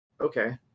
Okay